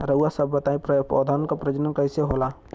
रउआ सभ बताई पौधन क प्रजनन कईसे होला?